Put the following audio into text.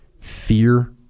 Fear